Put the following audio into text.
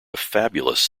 fabulous